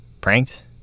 pranked